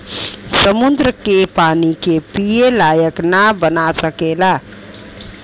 समुन्दर के पानी के पिए लायक ना बना सकेला